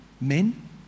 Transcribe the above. Men